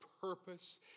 purpose